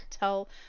Tell